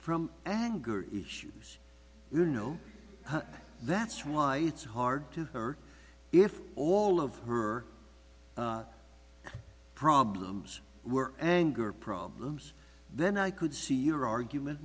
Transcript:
from anger issues you know that's why it's hard to her if all of her problems were anger problems then i could see your argument